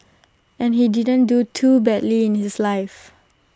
and he didn't do too badly in his life